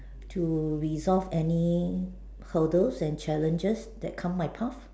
to resolve any hurdles and challenges that come my path